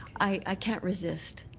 i can't resist.